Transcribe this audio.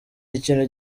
ikintu